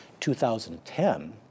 2010